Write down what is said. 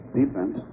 defense